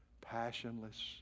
passionless